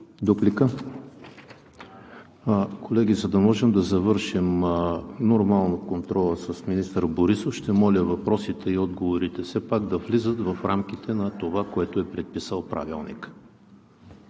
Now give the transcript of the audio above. ХРИСТОВ: Колеги, за да можем да завършим нормално контрола с министър Борисов, ще моля въпросите и отговорите да са в рамките на това, което е предписал Правилникът.